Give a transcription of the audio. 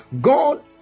God